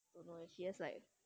don't know eh she just like